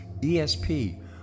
ESP